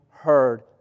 heard